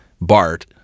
Bart